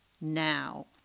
now